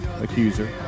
accuser